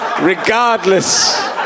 regardless